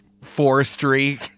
Forestry